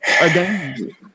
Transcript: Again